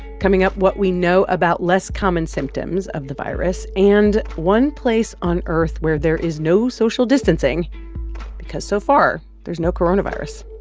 coming up, what we know about less common symptoms of the virus and one place on earth where there is no social distancing because, so far, there's no coronavirus.